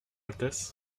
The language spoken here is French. altesse